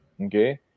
okay